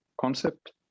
concept